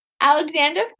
Alexander